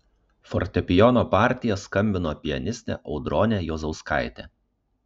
fortepijono partiją skambino pianistė audronė juozauskaitė